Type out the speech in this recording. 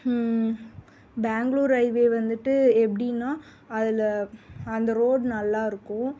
Bangalore highway வந்துட்டு எப்படின்னா அதில் அந்த ரோட் நல்லா இருக்கும்